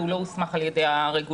והוא לא הוסמך על ידי הרגולטורים.